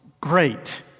great